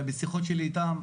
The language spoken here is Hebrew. ובשיחות שלי איתם,